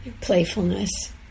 playfulness